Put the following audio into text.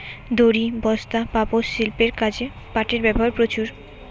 দড়ি, বস্তা, পাপোষ, শিল্পের কাজে পাটের ব্যবহার প্রচুর